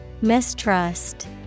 Mistrust